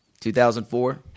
2004